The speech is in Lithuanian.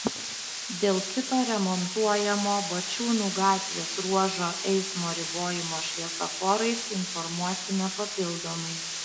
dėl kito remontuojamo bačiūnų gatvės ruožo eismo ribojimo šviesoforais informuosime papildomai